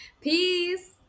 Peace